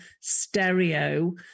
stereo